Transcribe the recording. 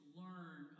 learn